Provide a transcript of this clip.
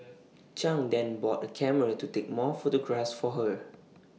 chang then bought A camera to take more photographs for her